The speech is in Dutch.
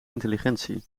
intelligentie